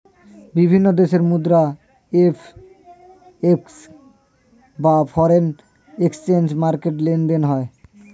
বিভিন্ন দেশের মুদ্রা এফ.এক্স বা ফরেন এক্সচেঞ্জ মার্কেটে লেনদেন হয়